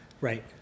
right